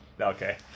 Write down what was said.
Okay